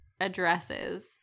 addresses